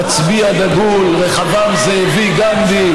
המצביא הגדול רחבעם זאבי גנדי,